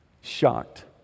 shocked